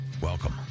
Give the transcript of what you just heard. Welcome